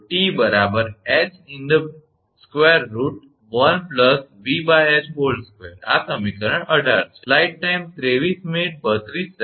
તો 𝑇 𝐻√1 𝑉𝐻2 આ સમીકરણ 18 છે